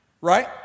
Right